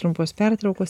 trumpos pertraukos